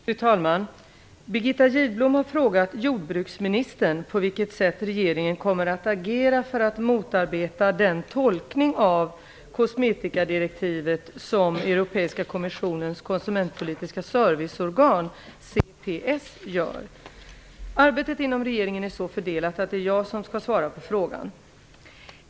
Fru talman! Birgitta Gidblom har frågat jordbruksministern på vilket sätt regeringen kommer att agera för att motarbeta den tolkning av kosmetikadirektivet som Europeiska kommissionens konsumentpolitiska serviceorgan gör. Arbetet inom regeringen är så fördelat att det är jag som skall svara på frågan.